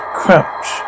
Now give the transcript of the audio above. crouch